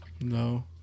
No